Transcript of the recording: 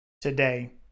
today